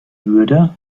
würde